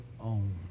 own